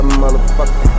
motherfucker